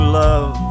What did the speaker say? love